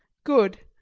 good!